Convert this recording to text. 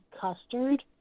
custard